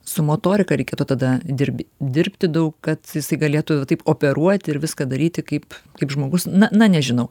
su motorika reikėtų tada dirb dirbti daug kad jisai galėtų taip operuoti ir viską daryti kaip kaip žmogus na na nežinau